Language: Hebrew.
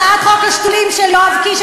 הצעת חוק השתולים של יואב קיש,